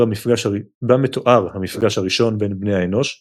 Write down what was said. בה מתואר המפגש הראשון בין בני האנוש ל"פורמיקים".